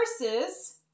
versus